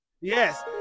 Yes